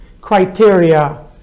criteria